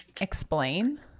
Explain